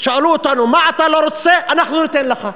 שאלו אותנו מה אתה לא רוצה, אנחנו ניתן לך.